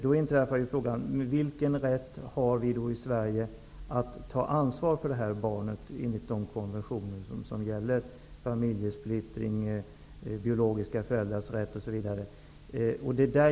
Då uppstår frågan vilken rätt vi i Sverige har att ta ansvar för det här barnet enligt de konventioner som gäller i fråga om familjesplittring, biologiska föräldrars rätt osv.